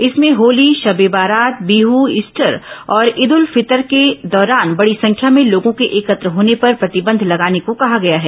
इसमें होली शब ए बारात बिह ईस्टर और ईद उल फित्र के दौरान बड़ी संख्या में लोगों के एकत्र होने पर प्रतिबंध लगाने को कहा गया है